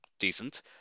decent